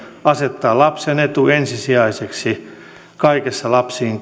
asettaa lapsen etu ensisijaiseksi kaikessa lapsiin